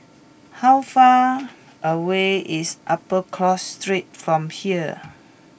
how far away is Upper Cross Street from here